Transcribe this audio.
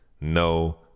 No